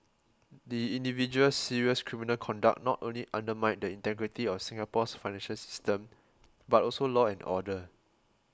the individual's serious criminal conduct not only undermined the integrity of Singapore's financial system but also law and order